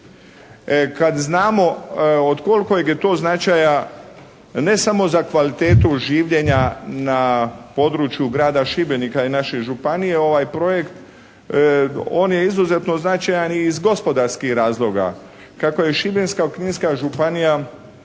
Kad znamo od kolikog je to značaja ne samo za kvalitetu življenja na području grada Šibenika i naše županije ovaj projekt, on je izuzetno značajan i iz gospodarskih razloga. Kako je Šibensko-kninska županija,